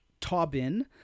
Taubin